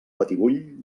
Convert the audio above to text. batibull